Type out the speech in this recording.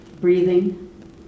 breathing